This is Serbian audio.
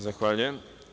Zahvaljujem.